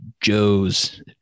Joe's